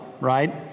right